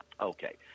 Okay